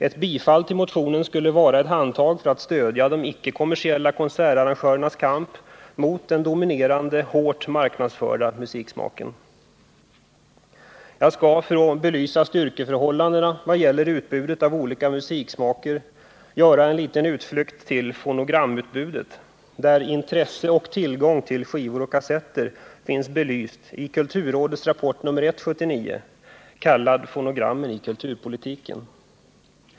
Ett bifall skulle också innebära ett handtag åt de icke-kommersiella konsertarrangörerna i deras kamp mot den dominerande, hårt marknadsförda musiksmaken. Jag skall, för att belysa styrkeförhållandena i vad gäller utbudet av olika musiksmaker, göra en liten utflykt till fonogramutbudet. Intresse och tillgång till skivor och kassetter finns belyst i kulturrådets rapport nr 1, 1979, kallad Fonogrammen i kulturpolitiken.